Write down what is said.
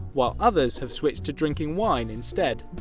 while others have switched to drinking wine instead.